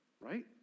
Right